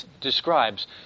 describes